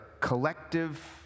collective